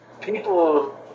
people